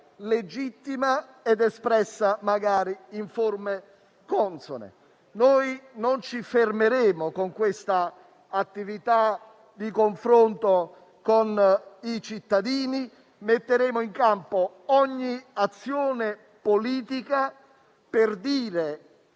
legittima ed espressa magari in forme consone. Non ci fermeremo con quest'attività di confronto con i cittadini; metteremo in campo ogni azione politica per dire, come